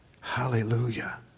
Hallelujah